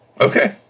Okay